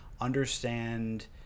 understand